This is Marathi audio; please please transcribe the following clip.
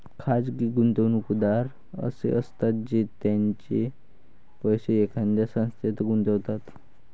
खाजगी गुंतवणूकदार असे असतात जे त्यांचे पैसे एखाद्या संस्थेत गुंतवतात